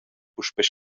puspei